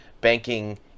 banking